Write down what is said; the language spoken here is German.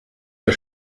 der